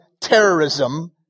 terrorism